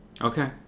Okay